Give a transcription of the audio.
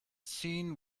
seen